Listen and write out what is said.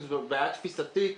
אם זו בעיה תפיסתית.